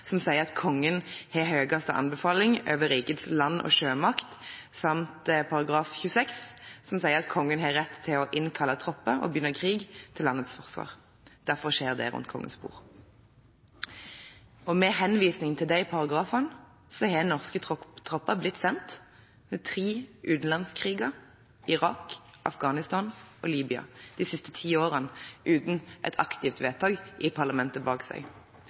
som sier at «Kongen har høyeste befaling over rikets land- og sjømakt», samt Grunnloven § 26, som sier at «Kongen har rett til å innkalle tropper», og til å begynne krig til landets forsvar. Derfor skjer det rundt Kongens bord. Med henvisning til disse paragrafene har norske tropper blitt sendt til tre utenlandskriger – Irak, Afghanistan og Libya – de siste ti årene, uten et aktivt vedtak i parlamentet bak seg.